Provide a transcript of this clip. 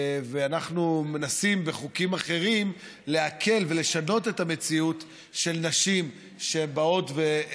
ואנחנו מנסים בחוקים אחרים להקל ולשנות את המציאות של נשים שנאלצות